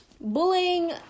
bullying